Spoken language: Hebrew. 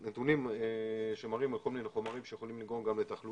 נתונים שמראים על כל מיני חומרים שיכולים לגרום גם לתחלואה,